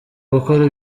gukora